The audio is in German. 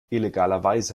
illegalerweise